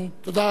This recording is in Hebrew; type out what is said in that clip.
תודה רבה.